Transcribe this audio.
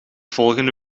volgende